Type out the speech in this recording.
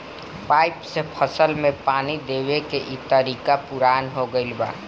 pipe से फसल में पानी देवे के इ तरीका पुरान हो गईल बा